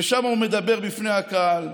ושם הוא מדבר בפני הקהל.